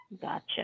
Gotcha